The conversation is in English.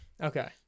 Okay